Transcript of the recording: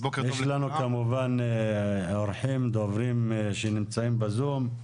יש לנו כמובן אורחים, דוברים שנמצאים בזום.